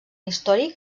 històric